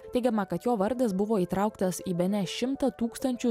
teigiama kad jo vardas buvo įtrauktas į bene šimtą tūkstančių